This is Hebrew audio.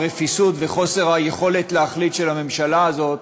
את הרפיסות וחוסר היכולת להחליט של הממשלה הזאת,